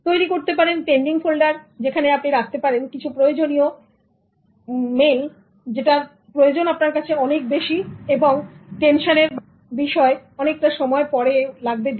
তৈরি করতে পারেন pending ফোল্ডার যেখানে আপনি রাখতে পারেন কিছু প্রয়োজনীয় সেগুলো রাখা কারণ প্রয়োজন অনেক বেশি আর টেনশনের বা মনোযোগের বিষয় অনেকটা সময় পরেও লাগবে দিতে